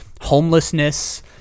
homelessness